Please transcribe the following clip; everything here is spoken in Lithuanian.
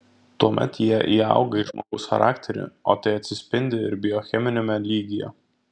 tuomet jie įauga į žmogaus charakterį o tai atsispindi ir biocheminiame lygyje